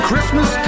Christmas